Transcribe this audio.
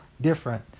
different